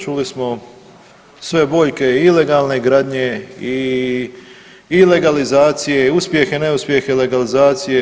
Čuli smo sve boljke i ilegalne gradnje i legalizacije, uspjehe i neuspjehe legalizacije.